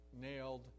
nailed